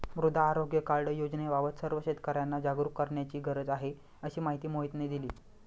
मृदा आरोग्य कार्ड योजनेबाबत सर्व शेतकर्यांना जागरूक करण्याची गरज आहे, अशी माहिती मोहितने दिली